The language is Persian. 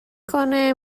کنه